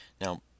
Now